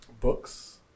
books